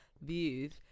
views